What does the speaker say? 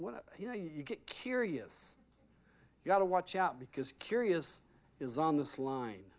know you get curious you got to watch out because curious is on this line